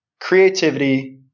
Creativity